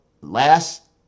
last